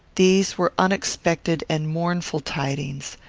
these were unexpected and mournful tidings.